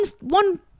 one